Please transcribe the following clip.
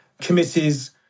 committees